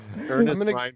Ernest